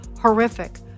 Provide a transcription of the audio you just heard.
horrific